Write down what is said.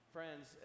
Friends